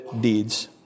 deeds